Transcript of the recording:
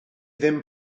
ddim